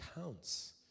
counts